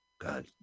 God